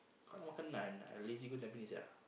kau nak makan naan I lazy go Tampines sia